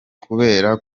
kubera